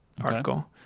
article